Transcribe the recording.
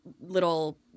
little